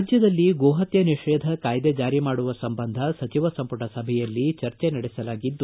ರಾಜ್ಯದಲ್ಲಿ ಗೋಹತ್ತೆ ನಿಷೇಧ ಕಾಯ್ದೆ ಜಾರಿ ಮಾಡುವ ಸಂಬಂಧ ಸಚಿವ ಸಂಪುಟ ಸಭೆಯಲ್ಲಿ ಚರ್ಚೆ ನಡೆಸಲಾಗಿದೆ